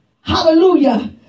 hallelujah